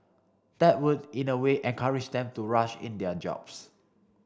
that would in a way encourage them to rush in their jobs